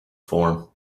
form